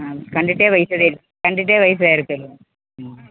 കണ്ടിട്ടേ പൈസ തരു കണ്ടിട്ടേ പൈസ തരത്തുള്ളു